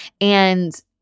And-